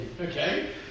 okay